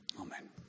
Amen